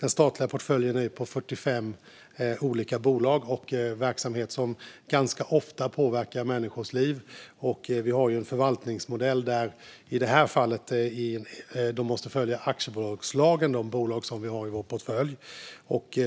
Den statliga portföljen utgörs av 45 olika bolag, och det handlar om verksamheter som ganska ofta påverkar människors liv. Vi har en förvaltningsmodell där de bolag vi har i vår portfölj måste följa aktiebolagslagen.